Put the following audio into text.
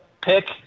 pick